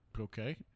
Okay